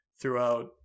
throughout